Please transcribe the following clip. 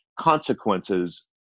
consequences